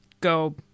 go